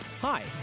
Hi